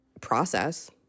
process